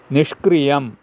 निष्क्रियम्